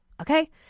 Okay